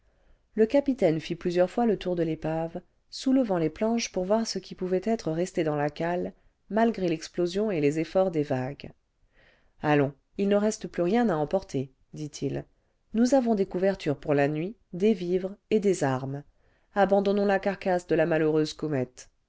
le capitaine fit plusieurs fois le tour de l'épave soulevant les planches pour yôir ce qui être resté dans la cale malgré l'explosion et les efforts des vagues ce allons il ne reste plus rien à emporter dit-il nous avons des couvertures pour la nuit des vivres et des armes abandonnons la carcasse de la malheureuse comète